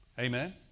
Amen